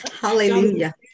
Hallelujah